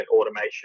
automation